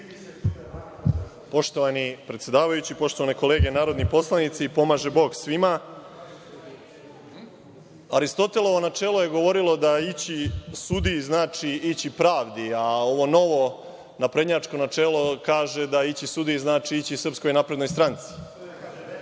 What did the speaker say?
Poštovani predsedavajući, poštovane kolege narodni poslanici, pomaže Bog svima, Aristotelovo načelo je govorilo da ići sudiji znači ići pravdi, a ovo novo, naprednjačko načelo kaže da ići sudiji znači ići SNS i u tom smislu